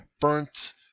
burnt